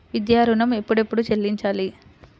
విద్యా ఋణం ఎప్పుడెప్పుడు చెల్లించాలి?